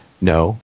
No